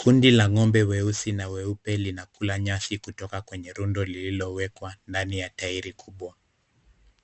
Kundi la ng'ombe weusi na weupe linakula nyasi kutoka kwenye rundo lililowekwa ndani ya tairi kubwa.